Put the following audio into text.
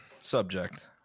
subject